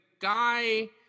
guy